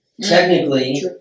Technically